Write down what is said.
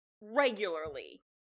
regularly